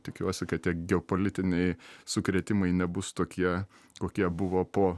tikiuosi kad tiek geopolitiniai sukrėtimai nebus tokie kokie buvo po